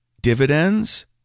Dividends